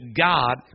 God